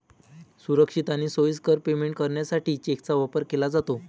सुरक्षित आणि सोयीस्कर पेमेंट करण्यासाठी चेकचा वापर केला जातो